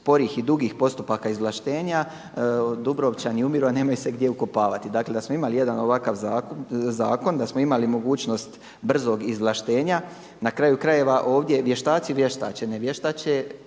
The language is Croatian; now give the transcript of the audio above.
sporih i dugih postupaka izvlaštenja Dubrovčani umiru a nemaju se gdje ukopavati. Dakle da smo imali jedan ovakav zakon, da smo imali mogućnost brzog izvlaštenja. Na kraju krajeva ovdje vještaci vještače, ne vještače